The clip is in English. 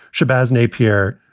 shabazz napier